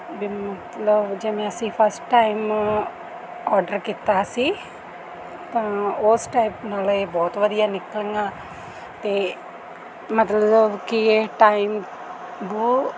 ਵੀ ਮਤਲਬ ਜਿਵੇਂ ਅਸੀਂ ਫਸਟ ਟਾਈਮ ਔਡਰ ਕੀਤਾ ਸੀ ਤਾਂ ਉਸ ਟਾਈਪ ਨਾਲ ਇਹ ਬਹੁਤ ਵਧੀਆ ਨਿਕਲੀਆਂ ਅਤੇ ਮਤਲਬ ਕਿ ਇਹ ਟਾਈਮ ਬਹੁ